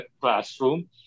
classroom